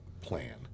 plan